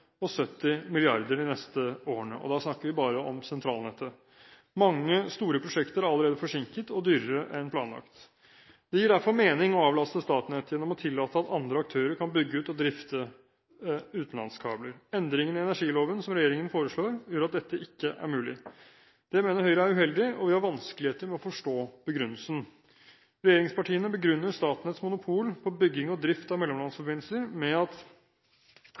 og 70 mrd. kr de neste årene. Da snakker vi bare om sentralnettet. Mange store prosjekter er allerede forsinket og dyrere enn planlagt. Det gir derfor mening å avlaste Statnett gjennom å tillate at andre aktører kan bygge ut og drifte utenlandskabler. Endringene i energiloven som regjeringen foreslår, gjør at dette ikke er mulig. Det mener Høyre er uheldig, og vi har vanskeligheter med å forstå begrunnelsen. Regjeringspartiene begrunner Statnetts monopol på bygging og drift av mellomlandsforbindelser med at